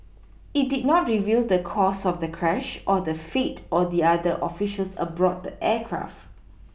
it did not reveal the cause of the crash or the fate of the other officials aboard the aircraft